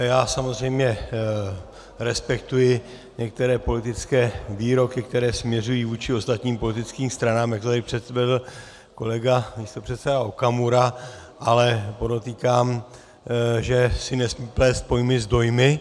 Já samozřejmě respektuji některé politické výroky, které směřují vůči ostatním politickým stranám, jak to tady předvedl kolega místopředseda Okamura, ale podotýkám, že si nesmí plést pojmy s dojmy.